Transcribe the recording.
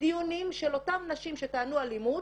דיונים של אותן נשים שטענו אלימות